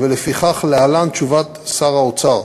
ולפיכך, להלן תשובת שר האוצר: